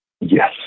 Yes